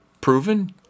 proven